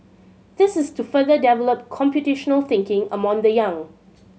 this is to further develop computational thinking among the young